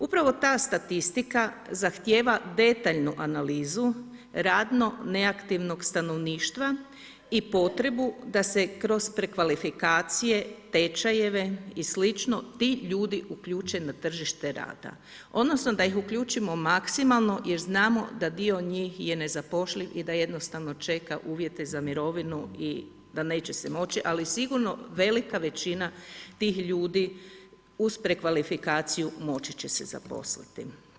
Upravo ta statistika zahtijeva detaljnu analizu radno neaktivnog stanovništva i potrebu da se kroz prekvalifikacije, tečajeve i slično, ti ljudi uključe na tržište rada, odnosno da ih uključimo maksimalno jer znamo da dio njih je nezapošljiv i da jednostavno čeka uvjete za mirovinu i da neće si moći, ali sigurno velika većina tih ljudi, uz prekvalifikaciju moći će se zaposliti.